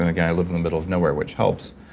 like i live in the middle of nowhere, which helps.